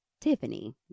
Tiffany